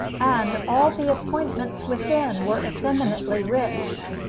and all the appointments within were effeminately rich.